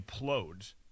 implode